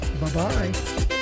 bye-bye